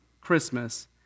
Christmas